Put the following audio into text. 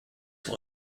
will